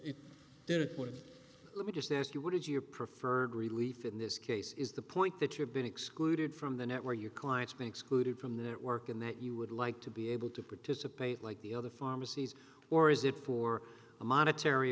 would let me just ask you what is your preferred relief in this case is the point that you have been excluded from the net where your client's been excluded from the network and that you would like to be able to participate like the other pharmacies or is it for a monetary